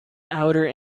outer